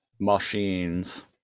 Machines